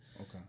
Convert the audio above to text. Okay